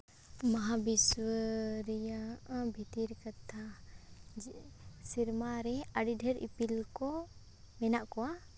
ᱢᱚᱦᱟᱵᱤᱥᱥᱚ ᱨᱮᱭᱟᱜ ᱵᱷᱤᱛᱤᱨ ᱠᱟᱛᱷᱟ ᱥᱮᱨᱢᱟ ᱨᱮ ᱟᱹᱰᱤ ᱰᱷᱮᱨ ᱤᱯᱤᱞ ᱠᱚ ᱢᱮᱱᱟᱜ ᱠᱚᱣᱟ